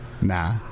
Nah